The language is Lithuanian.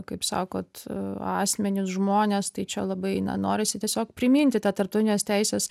kaip sakot asmenis žmones tai čia labai na norisi tiesiog priminti tą tarptautinės teisės